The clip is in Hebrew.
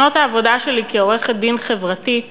שנות העבודה שלי כעורכת-דין חברתית